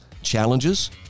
challenges